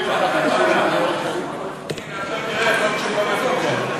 זה לא בפיקוח.